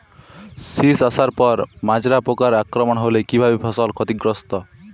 শীষ আসার পর মাজরা পোকার আক্রমণ হলে কী ভাবে ফসল ক্ষতিগ্রস্ত?